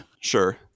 Sure